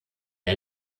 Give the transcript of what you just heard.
der